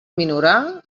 minorar